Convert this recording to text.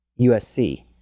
USC